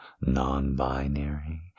non-binary